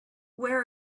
where